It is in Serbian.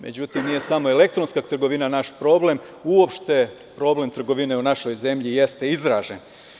Međutim, nije samo elektronska trgovina naš problem, uopšte, problem trgovine u našoj zemlji jeste izražen.